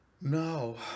no